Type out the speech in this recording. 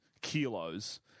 kilos